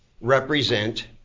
represent